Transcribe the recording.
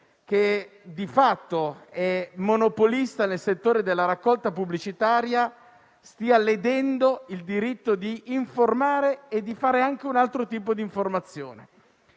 che di fatto è monopolista nel settore della raccolta pubblicitaria, stia ledendo il diritto di informare e di fare anche un altro tipo di informazione.